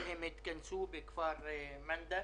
כ-150 נהגים התכנסו אתמול בכפר מנדא